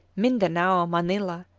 mindanao, manilla,